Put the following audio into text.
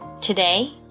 today